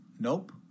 nope